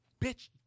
bitch